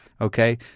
Okay